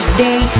day